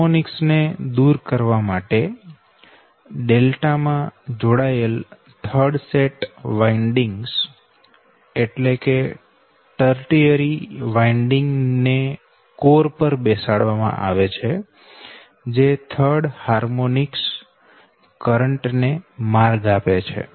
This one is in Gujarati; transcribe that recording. હાર્મોનિક્સ ને દૂર કરવા માટે ડેલ્ટા માંજોડાયેલ થર્ડ સેટ વાઇન્ડિંગ્સ એટલે કે ટર્ટીયરી વાઇન્ડિંગ ને કોર પર બેસાડવામાં આવે છે જે થર્ડ હાર્મોનિક્સ કરંટ ને માર્ગ આપે છે